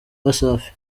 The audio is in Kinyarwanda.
wasafi